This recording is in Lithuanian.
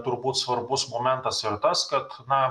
turbūt svarbus momentas tas kad na